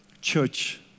church